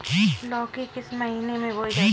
लौकी किस महीने में बोई जाती है?